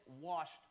washed